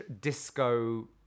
disco